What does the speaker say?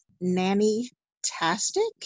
Nanny-tastic